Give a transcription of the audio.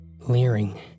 Leering